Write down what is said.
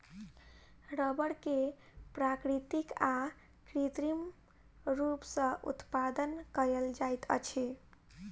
रबड़ के प्राकृतिक आ कृत्रिम रूप सॅ उत्पादन कयल जाइत अछि